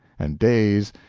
and days,